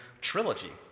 trilogy